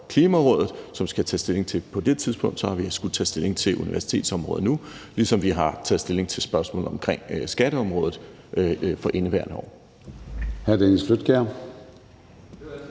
Klimarådet, der skal tages stilling til på det tidspunkt, så har vi skullet tage stilling til universitetsområdet nu – ligesom vi har taget stilling til spørgsmål om skatteområdet for indeværende år.